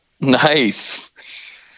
Nice